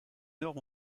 nord